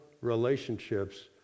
relationships